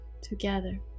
together